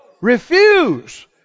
Refuse